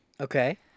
Okay